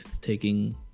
taking